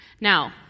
Now